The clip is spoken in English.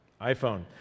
iPhone